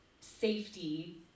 safety